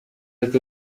ati